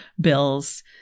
bills